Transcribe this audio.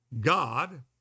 God